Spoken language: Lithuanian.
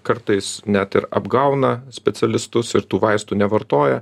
kartais net ir apgauna specialistus ir tų vaistų nevartoja